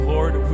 Lord